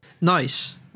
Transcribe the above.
nice